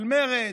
של מרצ,